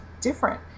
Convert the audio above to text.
different